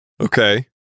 Okay